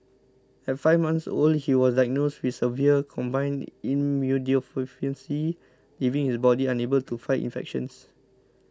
at five months old he was diagnosed with severe combined immunodeficiency leaving his body unable to fight infections